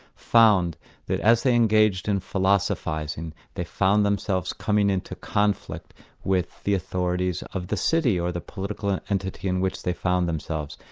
found that as they engaged in philosophising, they found themselves coming into conflict with the authorities of the city, or the political and entity in which they found themselves.